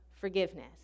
forgiveness